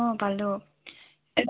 অঁ পালোঁ